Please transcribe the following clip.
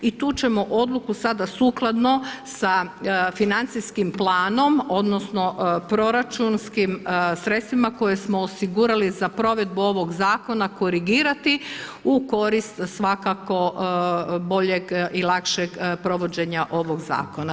I tu ćemo odluku sada sukladno sa financijskim planom, odnosno proračunskim sredstvima koje smo osigurali za provedbu ovog zakona korigirati u korist svakako boljeg i lakšeg provođenja ovog zakona.